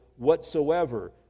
whatsoever